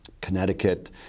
Connecticut